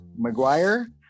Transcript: McGuire